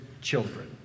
children